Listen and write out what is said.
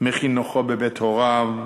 מחינוכו בבית הוריו,